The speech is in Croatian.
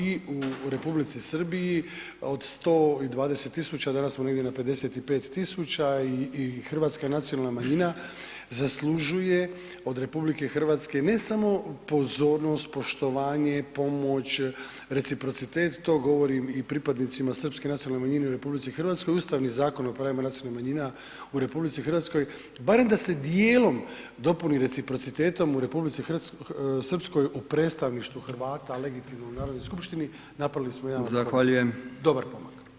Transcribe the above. I u Republici Srbiji od 120.000 danas smo negdje na 55.000 i hrvatska nacionalna manjina zaslužuje od RH ne samo pozornost, poštovanje, pomoć, reciprocitet to govorim i pripadnicima srpske nacionalne manjine u RH, Ustavni zakon o pravima nacionalnih manjina u RH barem da se dijelom dopuni reciprocitetom u Republici Srpskoj u predstavništvu Hrvata legitimnoj Narodnoj skupštini napravili smo jedan [[Upadica: Zahvaljujem.]] dobar pomak.